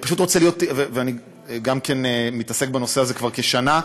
גם אני מתעסק בנושא הזה כשנה.